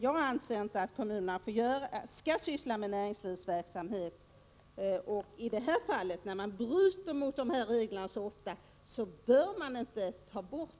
Jag anser att kommunerna inte skall syssla med näringslivsverksamhet. När man bryter mot dessa regler så ofta, bör detta förbud inte tas bort.